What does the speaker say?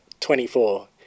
24